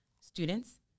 Students